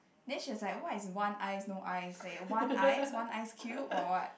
then she was like what is want ice no ice like want ice want ice cube or what